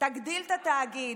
תגדיל את התאגיד,